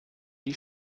die